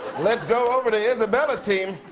let's go over to isabella's team.